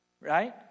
right